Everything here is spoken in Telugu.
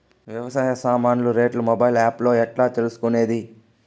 వ్యవసాయ సామాన్లు రేట్లు మొబైల్ ఆప్ లో ఎట్లా తెలుసుకునేది?